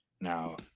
now